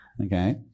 Okay